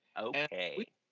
Okay